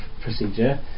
procedure